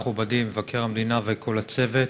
מכובדי מבקר המדינה וכל הצוות,